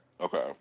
Okay